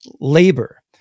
labor